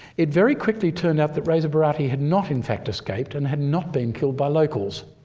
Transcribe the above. it very quickly turned out that reza barati had not in fact escaped and had not been killed by locals.